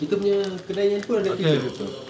kita punya kedai handphone ada Twitter